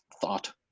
thought